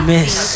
Miss